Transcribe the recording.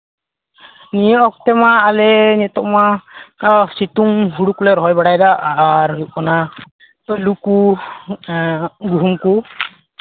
ᱱᱤᱭᱟᱹ ᱚᱠᱛᱚ ᱢᱟ ᱟᱞᱮ ᱱᱤᱛᱚᱜ ᱢᱟ ᱥᱤᱛᱩᱝ ᱦᱳᱲᱳ ᱠᱚᱞᱮ ᱨᱚᱦᱚᱭ ᱵᱟᱲᱟᱭᱮᱫᱟ ᱟᱨ ᱦᱩᱭᱩᱜ ᱠᱟᱱᱟ ᱟᱹᱞᱩ ᱠᱚ ᱜᱩᱦᱩᱢ ᱠᱚ